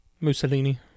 Mussolini